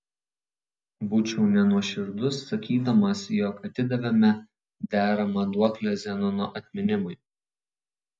būčiau nenuoširdus sakydamas jog atidavėme deramą duoklę zenono atminimui